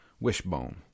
Wishbone